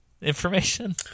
information